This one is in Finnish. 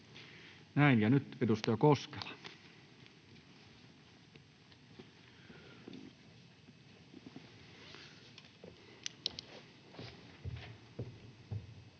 Näin. — Ja nyt edustaja Koskela.